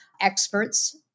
experts